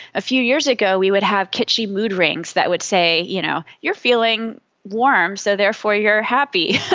a few years ago we would have kitschy mood rings that would say, you know, you're feeling warm so therefore you're happy.